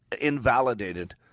invalidated